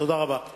תודה רבה.